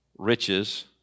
Riches